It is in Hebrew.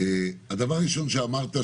הדבר הראשון שאמרת,